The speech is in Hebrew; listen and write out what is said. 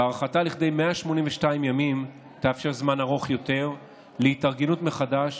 והארכתה לכדי 182 ימים תאפשר זמן ארוך יותר להתארגנות מחדש